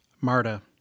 Marta